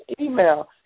email